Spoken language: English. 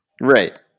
Right